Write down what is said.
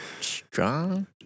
strong